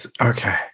okay